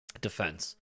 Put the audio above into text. defense